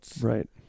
Right